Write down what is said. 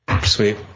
Sweet